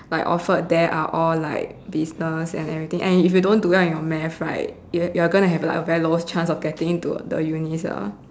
like offered there are all like business and everything and if you don't do well in your math right you're gonna have like a very low chance of getting into the unis lah